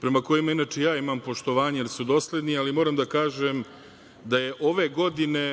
prema kojima inače ja imam poštovanje, jer su dosledni, ali moram da kažem da je ove godine